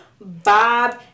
Bob